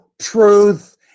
truth